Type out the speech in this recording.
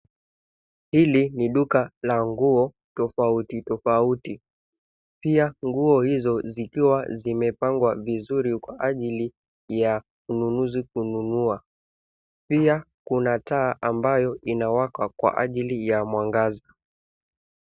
Hili ni duka la nguo tofauti tofauti. Pia nguo hizo zikiwa zimepangwa vizuri kwa ajili ya ununuzi kununua. Pia kuna taa ambayo inawaka kwa ajili ya mwangaza.